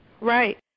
Right